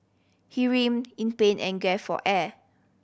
he writhed in pain and gaped for air